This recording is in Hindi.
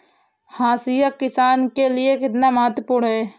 हाशिया किसान के लिए कितना महत्वपूर्ण होता है?